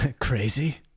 Crazy